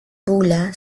bula